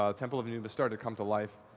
ah temple of anubis starting to come to life.